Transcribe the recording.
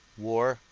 war,